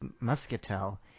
muscatel